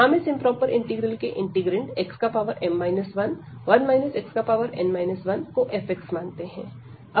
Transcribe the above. हम इस improper integral के इंटीग्रैंड xm 11 xn 1 को fx मानते हैं